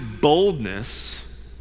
boldness